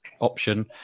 option